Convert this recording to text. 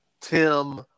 Tim